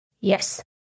Yes